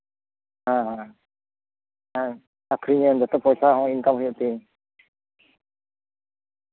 ᱦᱮᱸ ᱦᱮᱸ ᱟᱹᱠᱷᱨᱤᱧᱟᱹᱧ ᱡᱟᱛᱮ ᱯᱚᱭᱥᱟ ᱦᱚᱸ ᱤᱱᱠᱟᱢ ᱦᱩᱭᱩᱜ ᱛᱤᱧ